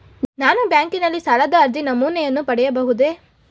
ನಾನು ಬ್ಯಾಂಕಿನಲ್ಲಿ ಸಾಲದ ಅರ್ಜಿ ನಮೂನೆಯನ್ನು ಪಡೆಯಬಹುದೇ?